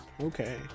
Okay